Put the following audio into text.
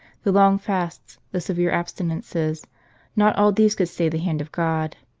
the long fasts, the severe abstinences not all these could stay the hand of god.